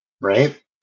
Right